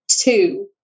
two